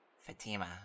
Fatima